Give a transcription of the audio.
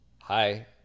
Hi